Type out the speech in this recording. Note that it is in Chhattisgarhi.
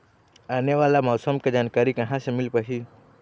आने वाला मौसम के जानकारी कहां से मिल पाही?